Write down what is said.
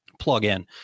plugin